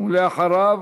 ואחריו,